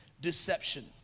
deception